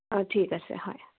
অঁ ঠিক আছে হয়